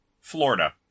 Florida